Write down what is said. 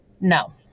No